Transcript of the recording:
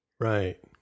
Right